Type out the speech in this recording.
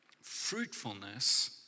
Fruitfulness